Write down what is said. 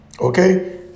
okay